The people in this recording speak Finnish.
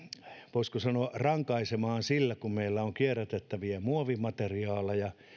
voisiko sanoa rankaisemaan niin että kun meillä on kierrätettäviä muovimateriaaleja